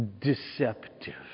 deceptive